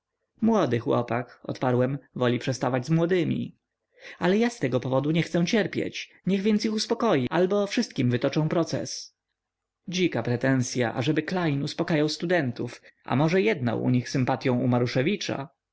młody chłopak odparłem woli przestawać z młodymi ale ja z tego powodu nie chcę cierpieć niech więc ich uspokoi albo wszystkim wytoczę proces dzika pretensya ażeby klejn uspakajał studentów a może jednał u nich sympatyą dla